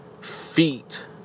Feet